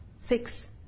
Six